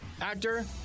actor